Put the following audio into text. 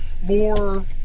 More